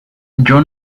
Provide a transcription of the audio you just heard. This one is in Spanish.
john